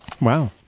Wow